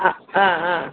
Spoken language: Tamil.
ஆ ஆ ஆ